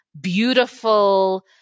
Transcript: beautiful